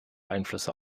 einflüsse